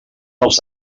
els